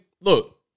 Look